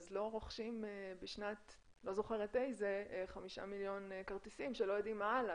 אז לא רוכשים 5 מיליון כרטיסים שלא יודעים מה הלאה.